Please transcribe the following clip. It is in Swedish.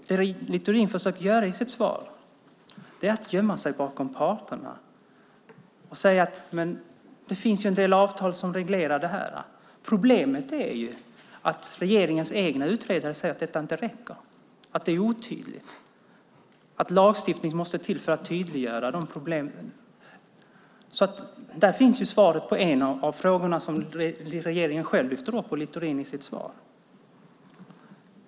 Vad Littorin försöker göra i sitt svar är att gömma sig bakom parterna och säga att det finns en del avtal som reglerar det här. Problemet är att regeringens egna utredare säger att detta inte räcker, att det är otydligt och att lagstiftning måste till för att tydliggöra problemen. Där finns svaret på en av frågorna som regeringen och Littorin själv lyfter upp i sitt svar.